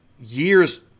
years